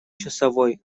часовой